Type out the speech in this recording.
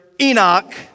Enoch